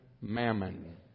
mammon